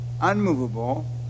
unmovable